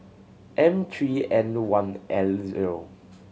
M three N one L zero